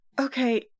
okay